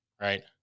Right